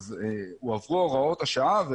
אז הועברו הוראות השעה,